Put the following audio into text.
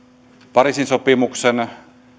pariisin sopimuksen